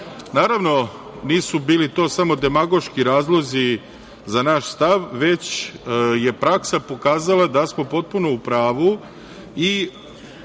nisu bili to samo demagoški razlozi za naš stav, već je praksa pokazala da smo potpuno u pravo i